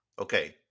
Okay